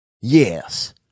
Yes